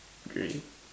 grey